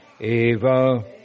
eva